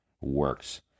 works